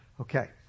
Okay